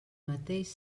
mateix